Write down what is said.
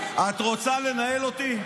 את רוצה לנהל אותי?